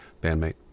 bandmate